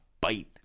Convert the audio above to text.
bite